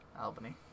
Albany